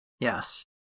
Yes